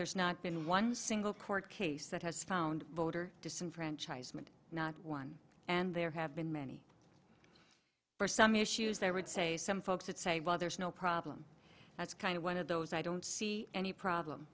there's not been one single court case that has found voter disenfranchisement not one and there have been many for some issues there would say some folks that say well there's no problem that's kind of one of those i don't see any problem